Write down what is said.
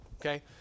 Okay